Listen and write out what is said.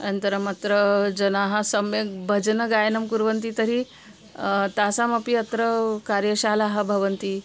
अनन्तरम् अत्र जनाः सम्यक् भजनगायनं कुर्वन्ति तर्हि तासामपि अत्र कार्यशालाः भवन्ति